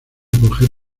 coger